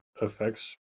affects